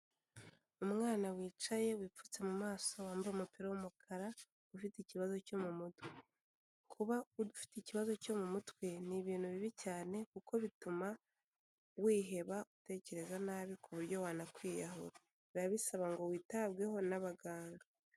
Umwana wicaye wipfutse mu maso wambaye umupira w'umukara ufite ikibazo cyo mu mutwe, kuba udafite ikibazo cyo mu mutwe n'ibintu bibi cyane kuko bituma wiheba utekereza nabi ku buryo wanakwiyahura, biba bisaba ngo witabweho n'abaganga.